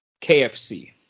KFC